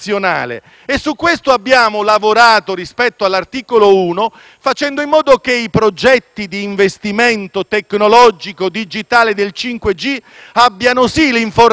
facendo in modo che i progetti di investimento tecnologico e digitale del 5G abbiano, sì, l'informativa e l'autorizzazione di Palazzo Chigi, ma